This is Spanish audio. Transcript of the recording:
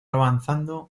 avanzando